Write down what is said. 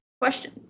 question